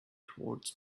towards